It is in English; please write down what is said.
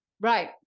right